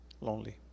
lonely